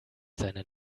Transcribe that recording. seinen